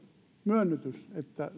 myönnytys että